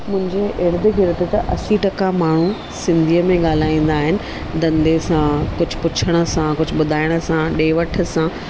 मुंहिंजे इर्द गिर्द त असी टका माण्हू सिंधीअ में ॻाल्हाईंदा आहिनि धंदे सां कुझु पुछण सां कुझु ॿुधाइण सां ॾे वठ सां